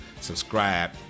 subscribe